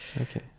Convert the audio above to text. Okay